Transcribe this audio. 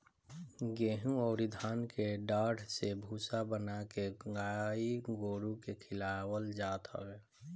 गेंहू अउरी धान के डाठ से भूसा बना के गाई गोरु के खियावल जात हवे